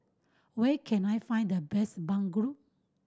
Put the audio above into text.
where can I find the best bandung